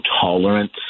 tolerance